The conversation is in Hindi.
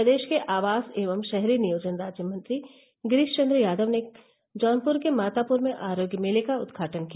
प्रदेश के आवास एवं शहरी नियोजन राज्य मंत्री गिरीश चन्द्र यादव ने जौनपुर के मातापुर में आरोग्य मेले का उद्घाटन किया